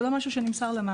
זה לא משהו שנמסר למאגר.